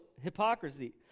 hypocrisy